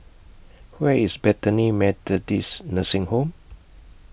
Where IS Bethany Methodist Nursing Home